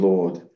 Lord